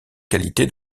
qualité